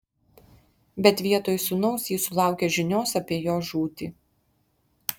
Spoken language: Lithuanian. bet vietoj sūnaus ji sulaukė žinios apie jo žūtį